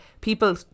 people